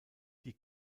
die